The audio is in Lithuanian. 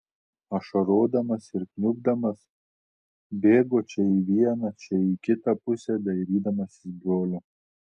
ašarodamas ir kniubdamas bėgo čia į vieną čia į kitą pusę dairydamasis brolio